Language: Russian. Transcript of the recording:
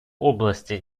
области